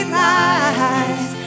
lies